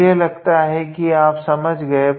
मुझे लगता है की आप समझ गए